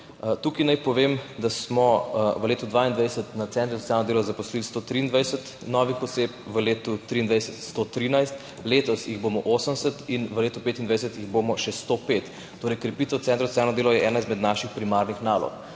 Tu naj povem, da smo v letu 2022 na centrih za socialno delo zaposlili 123 novih oseb, v letu 2023 113, letos jih bomo 80 in v letu 2025 jih bomo še 105. Torej, krepitev centrov za socialno delo je ena izmed naših primarnih nalog.